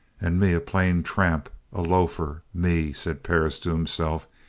and me a plain tramp a loafer me! said perris to himself.